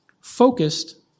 focused